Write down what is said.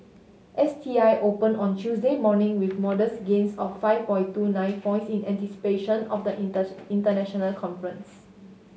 S T I open on Tuesday morning with modest gains of five point two nine points in anticipation of the inters international conference